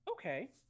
Okay